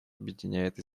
объединяет